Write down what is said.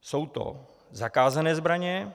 Jsou to zakázané zbraně.